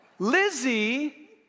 Lizzie